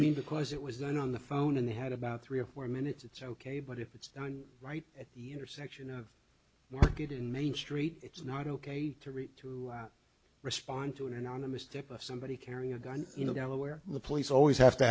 mean because it was done on the phone and they had about three or four minutes it's ok but if it's done right at the intersection of market and main street it's not ok to read to respond to an anonymous tip of somebody carrying a gun you know delaware the police always have to